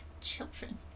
children